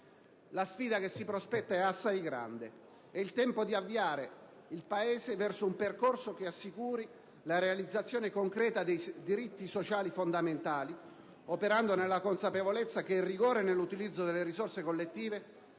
La sfida che si prospetta è assai grande. È il tempo di avviare il Paese verso un percorso che assicuri la realizzazione concreta dei diritti sociali fondamentali, operando nella consapevolezza che il rigore nell'utilizzo delle risorse collettive